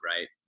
Right